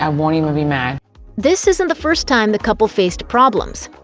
um won't even be mad this isn't the first time the couple faced problems.